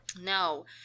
No